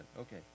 Okay